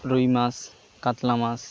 রুই মাছ কাতলা মাছ